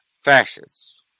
fascists